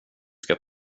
ska